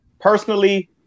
Personally